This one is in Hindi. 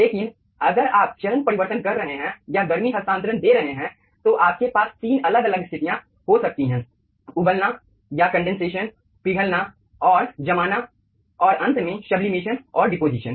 लेकिन अगर आप चरण परिवर्तन कर रहे हैं या गर्मी हस्तांतरण दे रहे हैं तो आपके पास 3 अलग अलग स्थितियां हो सकती हैं उबलना या कंडेनसेशन पिघलना और जमाना और अंत में सब्लिमेशन और डेपोज़िशन